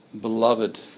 beloved